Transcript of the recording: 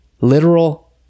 literal